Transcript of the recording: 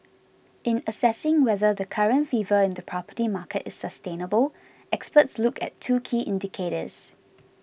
in assessing whether the current fever in the property market is sustainable experts look at two key indicators